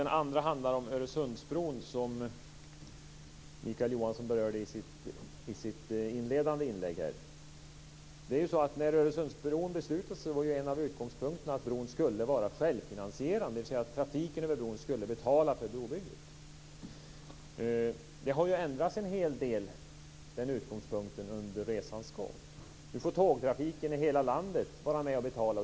Den andra handlar om Öresundsbron, som Mikael Johansson berörde i sitt inledande inlägg. När beslut om Öresundsbron fattades var en av utgångspunkterna att bron skulle vara självfinansierande, dvs. att trafiken över bron skulle betala för brobygget. Den utgångspunkten har ju ändrats en del under resans gång. Nu får tågtrafiken i hela landet vara med och betala.